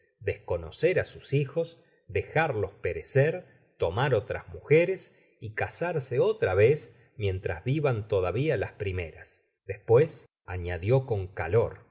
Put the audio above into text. desconocer á sus hijos dejarlos pere cer tomar otras mujeres y casarse otra vez mientras vivan todavia las primeras despues añadió con calor